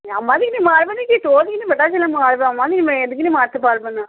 মেয়েছেলেকে মারতে পারবে না